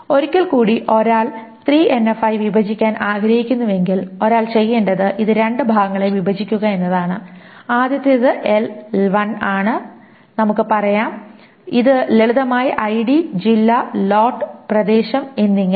ഒരിക്കൽ കൂടി ഒരാൾ അതിനെ 3NF ആയി വിഭജിക്കാൻ ആഗ്രഹിക്കുന്നുവെങ്കിൽ ഒരാൾ ചെയ്യേണ്ടത് ഇത് രണ്ട് ഭാഗങ്ങളായി വിഭജിക്കുക എന്നതാണ് ആദ്യത്തേത് L11 ആണ് നമുക്ക് പറയാം ഇത് ലളിതമായി ഐഡി ജില്ല ലോട്ട് പ്രദേശം എന്നിങ്ങനെ